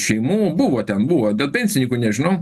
šeimų buvo ten buvo dėl pensininkų nežinau